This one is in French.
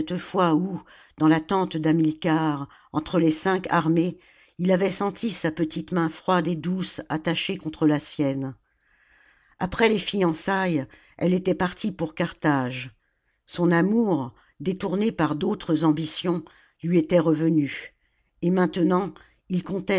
où dans la tente d'hamilcar entre les cinq armées il avait senti sa petite main froide et douce attachée contre la sienne après les fiançailles elle était partie pour carthage son amour détourné par d'autres ambitions lui était revenu et maintenant il comptait